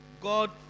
God